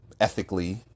ethically